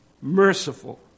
merciful